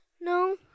No